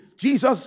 Jesus